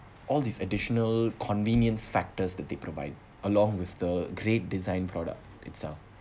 all these additional convenience factors that they provide along with the great design product itself